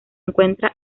encuentra